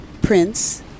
prince